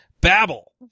babble